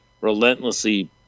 relentlessly